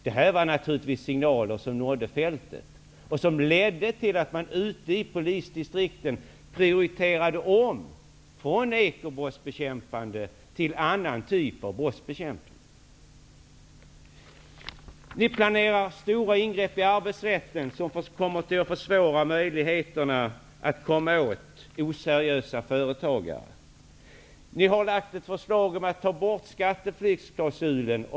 Detta var naturligtvis signaler som nådde fältet, och som ledde till att man ute i polisdistrikten prioriterade om från ekobrottsbekämpning till annan typ av brottsbekämpning. Ni planerar stora ingrepp i arbetsrätten som kommer att försvåra möjligheterna att komma åt oseriösa företagare. Ni har lagt ett förslag om att ta bort skatteflyktsklausulen.